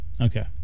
Okay